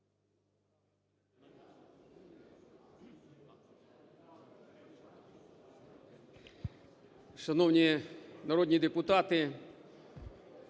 Шановні народні депутати,